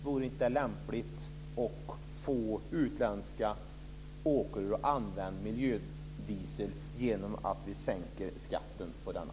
Vore det inte lämpligt att få utländska åkare att använda miljödiesel genom att vi sänker skatten på denna?